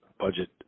budget